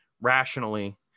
Rationally